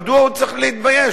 מדוע הוא צריך להתבייש?